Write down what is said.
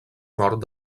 nord